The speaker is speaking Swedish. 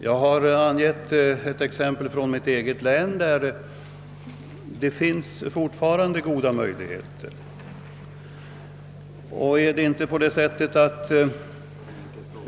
Jag har angett ett exempel från mitt eget län, där det fortfarande finns goda möjligheter.